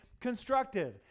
constructive